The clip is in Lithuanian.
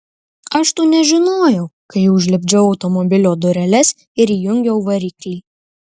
aš to nežinojau kai užlipdžiau automobilio dureles ir įjungiau variklį